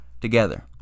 together